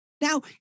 Now